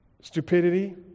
stupidity